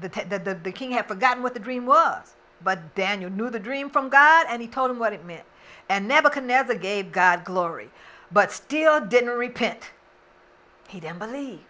the king had forgotten what the dream was but then you knew the dream from god and he told him what it meant and never can never gave god glory but still didn't repent he didn't believe